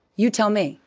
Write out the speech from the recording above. you tell me.